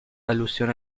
alusión